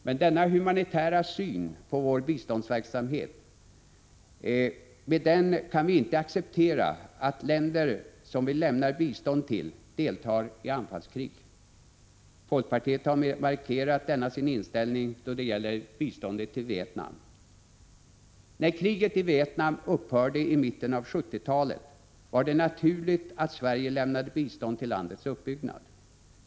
Med denna humanitära syn på vår biståndsverksamhet kan vi inte acceptera att länder som vi lämnar bistånd till deltar i anfallskrig. Folkpartiet har markerat denna sin inställning då det gäller biståndet till Vietnam. När kriget i Vietnam upphörde i mitten av 70-talet var det naturligt att Sverige lämnade bistånd till landets uppbyggnad.